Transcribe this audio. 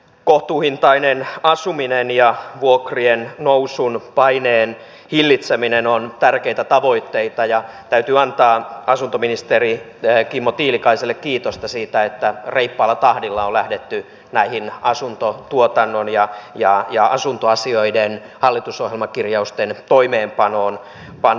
kohtuuhintainen asuminen ja vuokriennousun paineen hillitseminen ovat tärkeitä tavoitteita ja täytyy antaa asuntoministeri kimmo tiilikaiselle kiitosta siitä että reippaalla tahdilla on lähdetty näiden asuntotuotannon ja asuntoasioiden hallitusohjelmakirjausten toimeenpanoon liikkeelle